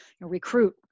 recruit